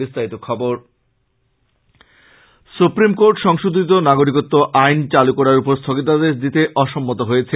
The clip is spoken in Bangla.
বিস্তারিত খবর সুপ্রিম কোর্ট সংশোধীত নাগরিকত্ব আইন চালু করার উপর স্থগিতাদেশ দিতে অসম্মত হয়েছে